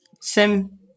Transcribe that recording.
Sim